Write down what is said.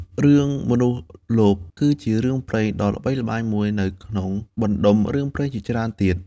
រឿង មនុស្សលោភ គឺជារឿងព្រេងខ្មែរដ៏ល្បីល្បាញមួយនៅក្នុងបណ្ដុំរឿងព្រេងជាច្រើនទៀត។